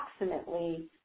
approximately